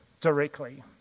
directly